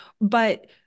But-